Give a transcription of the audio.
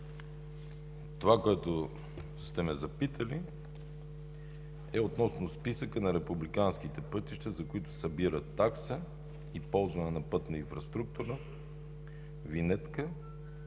Това, което сте ме запитали, е относно списъка на републиканските пътища, за които се събира такса и ползване на пътна инфраструктура, винетна